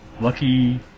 lucky